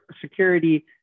security